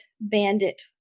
bandit